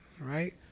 Right